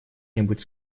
нибудь